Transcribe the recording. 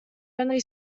only